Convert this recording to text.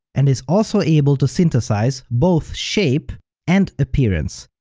and is also able to synthesize both shape and appearance.